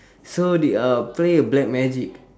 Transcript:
so they uh play with black magic